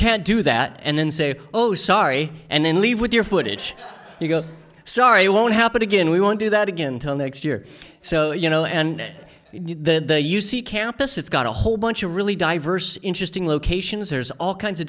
can't do that and then say oh sorry and then leave with your footage you go sorry you won't happen again we won't do that again until next year so you know and the u c campus it's got a whole bunch of really diverse interesting locations there's all kinds of